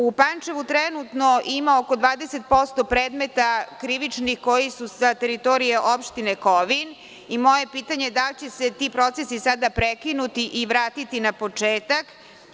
U Pančevu trenutno ima oko 20% predmeta krivičnih koji su sa teritorije opštine Kovin i moje je pitanje – da li će se ti procesi sada prekinuti i vratiti na početak?